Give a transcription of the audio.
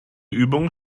übung